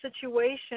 situation